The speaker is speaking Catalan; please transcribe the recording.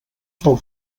pel